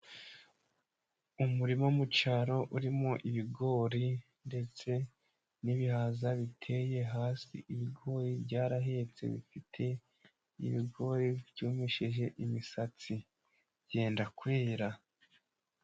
Umurima mu cyaro urimo ibigori ndetse n'ibihaza biteye hasi, ibigori byarahetse bifite ibigori byumishije imisatsi byenda kwera.